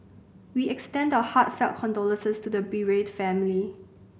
we extend that our heartfelt condolences to the bereaved family